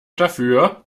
dafür